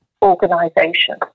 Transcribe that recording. Organization